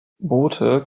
boote